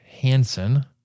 Hansen